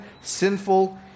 sinful